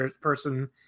person